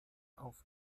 auf